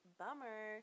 bummer